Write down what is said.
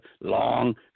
long